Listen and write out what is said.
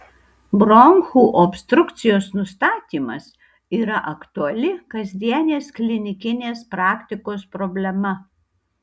bronchų obstrukcijos nustatymas yra aktuali kasdienės klinikinės praktikos problema